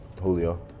Julio